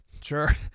sure